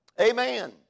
Amen